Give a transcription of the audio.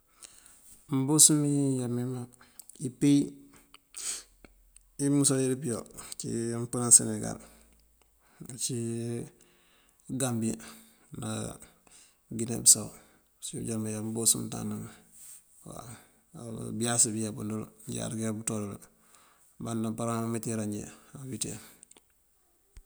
Mёboos miyá mí mak, ipeyí yí mëmosalir pëyá ţí mëmpënan senegal ací gambi ná gine bisaw usí mëjá mёboos mëmënţana mun waw. Á báyaas mí mëyá wun dun njí yáţ këyá puţoo dul, mëmbandaŋ amparar umitiro njí kawíiţe.